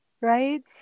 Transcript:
right